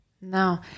No